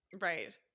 Right